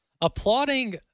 applauding